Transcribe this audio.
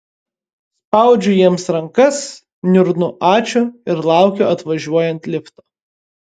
spaudžiu jiems rankas niurnu ačiū ir laukiu atvažiuojant lifto